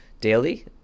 daily